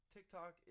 TikTok